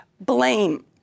blame